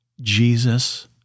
Jesus